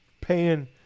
paying